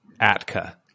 Atka